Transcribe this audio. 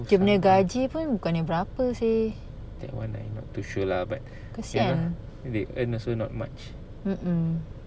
that one I not too sure lah but you know they earn also not much